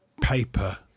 paper